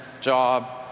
job